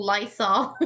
Lysol